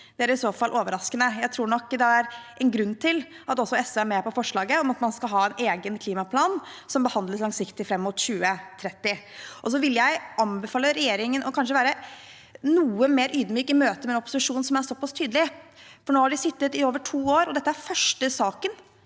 Det er i så fall overraskende. Jeg tror nok det er en grunn til at også SV er med på forslaget om at man skal ha en egen klimaplan som behandles langsiktig fram mot 2030. Jeg vil også anbefale regjeringen kanskje å være noe mer ydmyk i møte med en opposisjon som er såpass tydelig. Nå har de sittet i over to år, og dette er den første saken